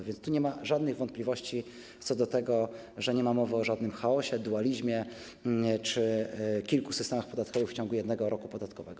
A więc tu nie ma żadnych wątpliwości co do tego, że nie ma mowy o żadnym chaosie, dualizmie czy kilku systemach podatkowych w ciągu jednego roku podatkowego.